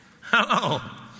Hello